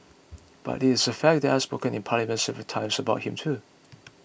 but it is a fact that I have spoken in parliament several times about him too